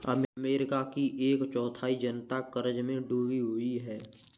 America की एक चौथाई जनता क़र्ज़ में डूबी हुई है